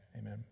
Amen